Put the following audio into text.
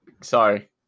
Sorry